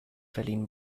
verliehen